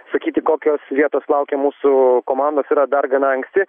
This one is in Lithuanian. sakyti kokios vietos laukia mūsų komandos yra dar gana anksti